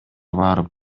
барып